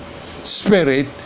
spirit